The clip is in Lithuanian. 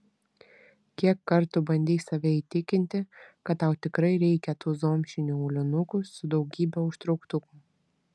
kiek kartų bandei save įtikinti kad tau tikrai reikia tų zomšinių aulinukų su daugybe užtrauktukų